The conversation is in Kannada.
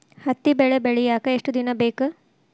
ಹತ್ತಿ ಬೆಳಿ ಬೆಳಿಯಾಕ್ ಎಷ್ಟ ದಿನ ಬೇಕ್?